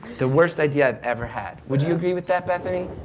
the worst idea i've ever had. would you agree with that bethany?